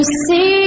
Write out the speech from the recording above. see